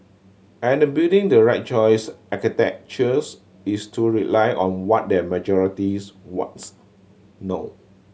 and building the right choice architectures is to rely on what the majorities wants no